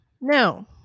Now